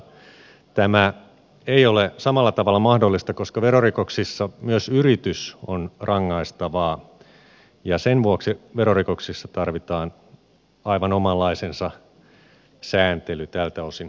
verorikoksissa tämä ei ole samalla tavalla mahdollista koska verorikoksissa myös yritys on rangaistavaa ja sen vuoksi verorikoksissa tarvitaan aivan omanlaisensa sääntely tältä osin